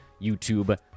YouTube